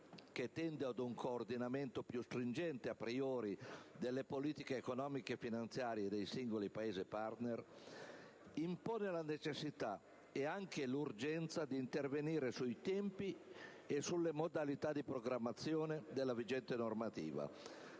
che tende ad un coordinamento più stringente *a priori* delle politiche economiche e finanziarie dei singoli Paesi-*partner* impone la necessità, e anche l'urgenza, di intervenire sui tempi e sulle modalità di programmazione della vigente normativa,